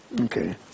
Okay